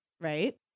right